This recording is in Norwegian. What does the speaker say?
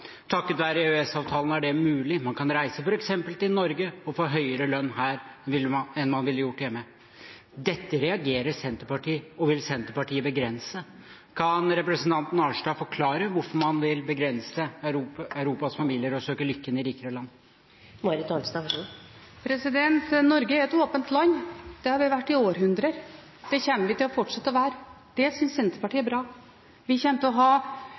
Takket være EØS-avtalen er det mulig. Man kan reise, f.eks. til Norge, og få høyere lønn her enn man ville gjort hjemme. Dette reagerer Senterpartiet på, og dette vil Senterpartiet begrense. Kan representanten Arnstad forklare hvorfor man vil begrense Europas familier i å søke lykken i rikere land? Norge er et åpent land. Det har det vært i århundrer. Det kommer det til å fortsette å være. Det synes Senterpartiet er bra. Vi kommer til å ha